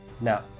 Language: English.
Now